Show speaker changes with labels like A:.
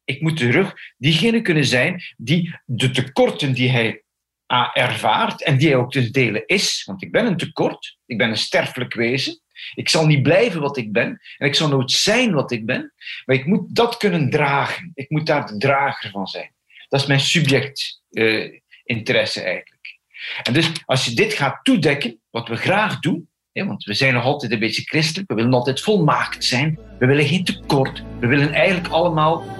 A: Ik moet terug diegene kunnen zijn die de tekorten die hij aanervaart en die hij ook te delen is, want ik ben een tekort, ik ben een sterfelijk wezen, ik zal niet blijven wat ik ben en ik zal nooit zijn wat ik ben, maar ik moet dat kunnen dragen. Ik moet daar de drager van zijn. Dat is mijn subject, eh, interesse eigenlijk. En dus, als je dit gaat toedekken, wat we graag doen, hè, want we zijn nog altijd een beetje christelijk, we willen altijd volmaakt zijn, we willen geen tekort, we willen eigenlijk allemaal